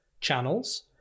channels